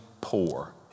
poor